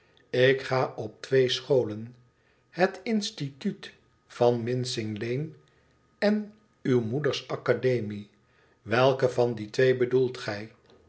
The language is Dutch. ik ga op twee scholen het instituut van mmcmg lane en uw moeders academie welke van die twee bedoelt gij